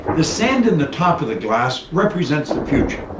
the sand in the top of the glass represents the future.